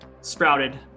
sprouted